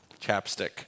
Chapstick